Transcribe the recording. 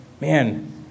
man